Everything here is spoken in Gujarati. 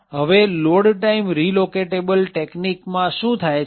હવે લોડ ટાઈમ રીલોકેટેબલ ટેકનીક માં શું થાય છે